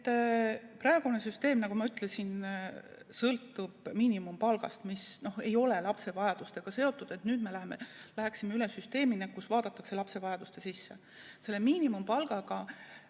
Praegune süsteem, nagu ma ütlesin, sõltub miinimumpalgast, mis ei ole lapse vajadustega seotud. Nüüd me läheksime üle süsteemile, kus vaadatakse lapse vajaduste sisse. Miinimumpalgaga